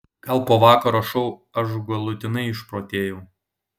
gal po vakaro šou aš galutinai išprotėjau